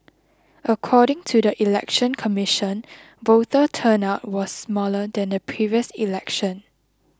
according to the Election Commission voter turnout was smaller than the previous election